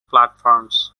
platforms